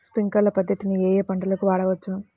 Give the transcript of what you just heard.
Sprinkler పద్ధతిని ఏ ఏ పంటలకు వాడవచ్చు?